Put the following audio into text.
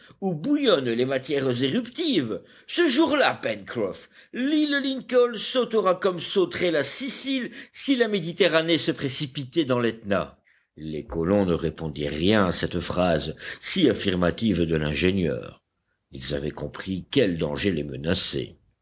où bouillonnent les matières éruptives ce jour-là pencroff l'île lincoln sautera comme sauterait la sicile si la méditerranée se précipitait dans l'etna les colons ne répondirent rien à cette phrase si affirmative de l'ingénieur ils avaient compris quel danger les